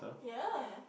yeah